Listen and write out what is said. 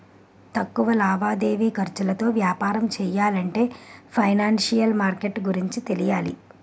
తక్కువ లావాదేవీ ఖర్చులతో వ్యాపారం చెయ్యాలంటే ఫైనాన్సిషియల్ మార్కెట్ గురించి తెలియాలి